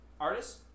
Artist